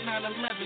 9-11